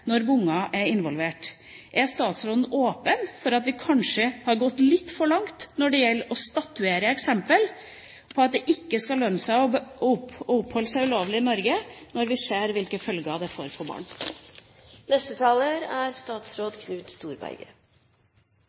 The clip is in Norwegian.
når barn er involvert? Er statsråden åpen for at vi kanskje har gått litt for langt når det gjelder å statuere eksempler på at det ikke skal lønne seg å oppholde seg ulovlig i Norge, når vi ser hvilke følger det får for barn?